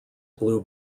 blue